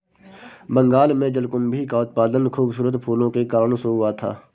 बंगाल में जलकुंभी का उत्पादन खूबसूरत फूलों के कारण शुरू हुआ था